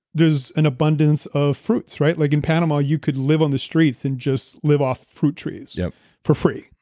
there's an abundance of fruits, right? like in panama, you could live on the streets and just live off fruit trees yeah for free.